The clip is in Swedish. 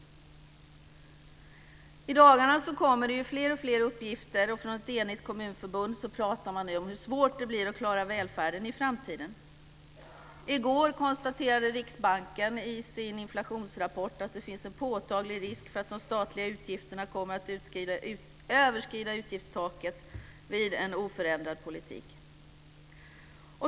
I dagarna kommer det fler och fler uppgifter om, och ett enigt kommunförbund framhåller, hur svårt det kommer att bli att klara välfärden i framtiden. I går konstaterade Riksbanken i sin inflationsrapport att det finns en påtaglig risk för att de statliga utgifterna kommer att överskrida utgiftstaket vid en oförändrad politik.